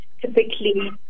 typically